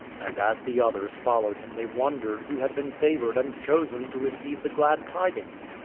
and as the others followed him they wondered who had been favoured and chosen to receive the glad tidings.